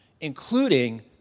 including